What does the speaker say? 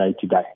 today